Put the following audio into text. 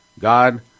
God